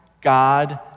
God